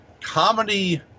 comedy